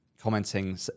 commenting